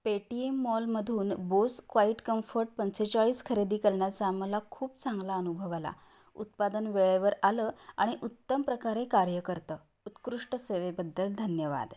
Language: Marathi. पेटीएम मॉलमधून बोस क्वाइटकम्फर्ट पंचेचाळीस खरेदी करण्याचा मला खूप चांगला अनुभव आला उत्पादन वेळेवर आलं आणि उत्तम प्रकारे कार्य करतं उत्कृष्ट सेवेबद्दल धन्यवाद